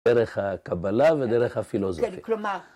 ‫דרך הקבלה ודרך הפילוסופיה. ‫-כן, כלומר...